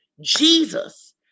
Jesus